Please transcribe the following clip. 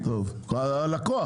הלקוח.